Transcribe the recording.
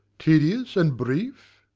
tedious and brief!